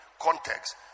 context